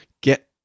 get